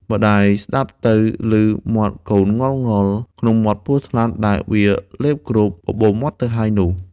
ម្ដាយស្ដាប់ទៅឮមាត់កូនង៉ុលៗ ក្នុងមាត់ពស់ថ្លាន់ដែលវាលេបគ្រប បបូរមាត់ទៅហើយនោះ។